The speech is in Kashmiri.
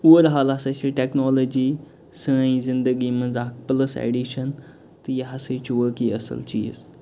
اُوَرآل ہسا چھِ ٹیٚکنالجی سٲنۍ زندگی منٛز اَکھ پٕلَس ایٚڈِشَن تہٕ یہِ ہسا چھُ وٲقعی اصٕل چیٖز